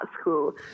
school